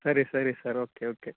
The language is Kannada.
ಸರಿ ಸರಿ ಸರ್ ಓಕೆ ಓಕೆ